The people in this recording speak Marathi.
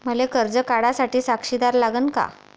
मले कर्ज काढा साठी साक्षीदार लागन का?